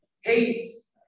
Hades